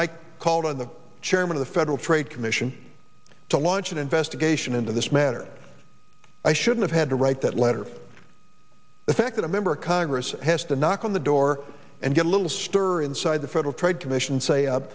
i called on the chairman of the federal trade commission to launch an investigation into this matter i should have had to write that letter the fact that a member of congress has to knock on the door and get a little stir inside the federal trade commission say